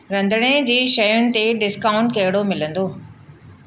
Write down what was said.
रंधिणे जी शयुनि ते डिस्काउंट कहिड़ो मिलंदो